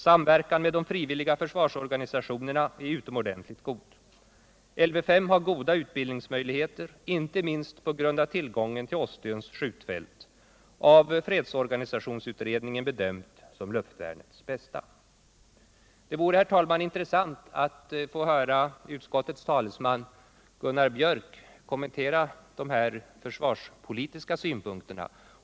Samverkan med de frivilliga försvarsorganisationerna är utomordentligt god. Lv 5 har goda utbildningsmöjligheter, inte minst på grund av tillgången till Åstöns skjutfält, av fredsorganisationsutredningen bedömt som luftvärnets bästa. Det vore, herr talman, intressant att få höra utskottets talesman Gunnar Björk i Gävle kommentera de försvarspolitiska synpunkterna.